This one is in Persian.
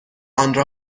آنرا